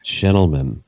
gentlemen